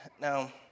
now